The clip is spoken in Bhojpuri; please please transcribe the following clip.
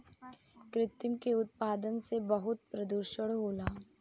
कृत्रिम के उत्पादन से बहुत प्रदुषण होला